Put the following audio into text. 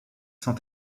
sans